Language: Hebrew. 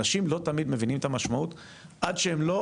אנשים לא תמיד מבינים את המשמעות עד שהם לא